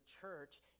church